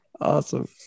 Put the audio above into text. Awesome